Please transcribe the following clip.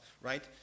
right